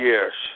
Yes